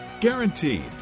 Guaranteed